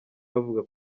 bavuga